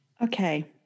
Okay